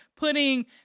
putting